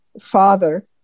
father